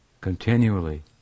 Continually